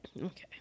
Okay